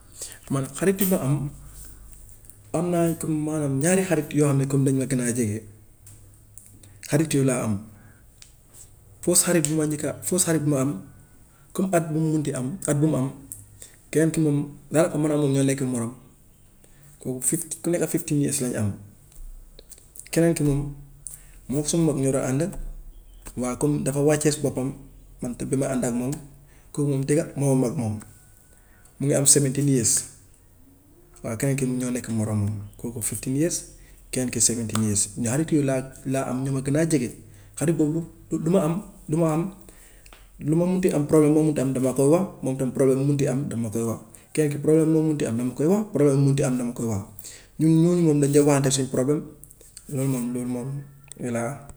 Man xarit yu ma am, am naa comme maanaan ñaari xarit yoo xam ne comme dañu ma gën a jege, xarit yooyu laa am. First xarit bi ma njëkk a, first xarit bi ma am comme at bu mu mun ti am at bu mu am. Keneen ki moom daanaka man ak moom ño nekk morom, kooku fift ku nekka fifteen years lañ am, keneen ki moom, mook suñu mag ñoo daa ànd, waa comme dafa wàccee si boppam man tam damay ànd ak moom, kooku moom dëgga moo ma mag moom, mu ngi am seventeen years, waa keneen ki moom ñoo nekk morom moom, kooku fifteen years, keneen ki seventeen years. Ñaa- xarit yooyu laa, laa am ñoo ma gën a jege. Xarit boobu lu lu ma am, lu ma am, lu ma mun ti am, problème bu ma mun ti am dama koy wax, moom tam problème bu mun ti am daf ma koy wax. Keneen ki problème bu ma mun ti dama koy wax, problème bu mu mun ti am daf ma koy wax, ñun ñooñu moom dañ dee waxante suñ problème loolu moom loolu moom yooyu laa